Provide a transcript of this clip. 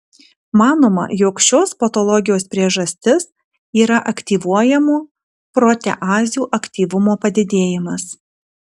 manoma jog šios patologijos priežastis yra aktyvuojamų proteazių aktyvumo padidėjimas